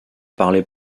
parlez